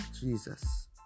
Jesus